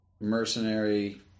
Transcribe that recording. mercenary